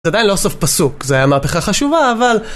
זה עדיין לא סוף פסוק, זה היה מהפכה חשובה, אבל...